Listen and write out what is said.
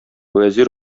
вәзир